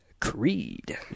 Creed